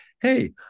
hey